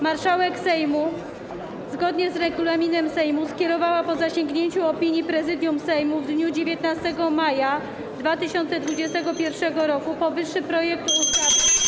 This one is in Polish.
Marszałek Sejmu zgodnie z regulaminem Sejmu skierowała, po zasięgnięciu opinii Prezydium Sejmu, w dniu 19 maja 2021 r. powyższy projekt ustawy.